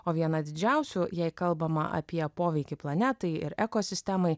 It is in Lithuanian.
o viena didžiausių jei kalbama apie poveikį planetai ir ekosistemai